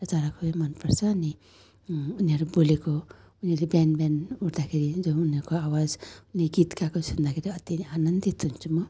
चरा खुबै मनपर्छ अनि उनीहरू बोलेको उनीहरूले बिहान बिहान उठ्दाखेरि जो उनीहरूको आवाजले गीत गाएको सुन्दाखेरि अति नै आनन्दित हुन्छु म